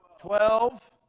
Twelve